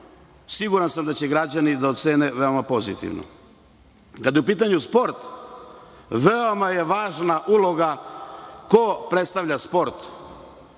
siguran sam, će građani da ocene veoma pozitivno. Kad je u pitanju sport veoma je važna uloga ko predstavlja sport.